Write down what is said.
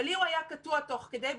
אבל לי הוא היה קטוע תוך כדי,